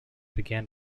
began